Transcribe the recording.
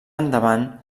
endavant